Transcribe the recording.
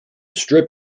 strip